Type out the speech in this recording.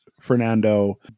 Fernando